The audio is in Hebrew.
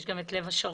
יש גם את לב השרון,